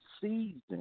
season